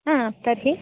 हा तर्हि